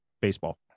baseball